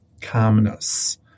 calmness